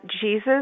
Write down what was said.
Jesus